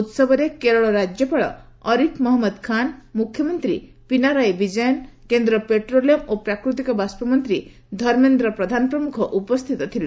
ଉତ୍ସବରେ କେରଳ ରାଜ୍ୟପାଳ ଅରିଫ୍ ମହମ୍ମଦ ଖାନ୍ ମୁଖ୍ୟମନ୍ତ୍ରୀ ପିନାରାୟି ବିଜୟନ୍ କେନ୍ଦ୍ର ପେଟ୍ରୋଲିୟମ୍ ଓ ପ୍ରାକୃତିକ ବାଷ୍ପ ମନ୍ତ୍ରୀ ଧର୍ମେନ୍ଦ୍ର ପ୍ରଧାନ ପ୍ରମୁଖ ଉପସ୍ଥିତ ଥିଲେ